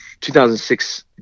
2006